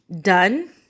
done